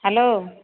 hello